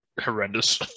horrendous